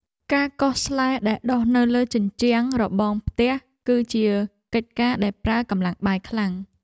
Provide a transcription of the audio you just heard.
ការកោសស្លែដែលដុះនៅលើជញ្ជាំងរបងផ្ទះ គឺជាកិច្ចការដែលប្រើកម្លាំងបាយខ្លាំង។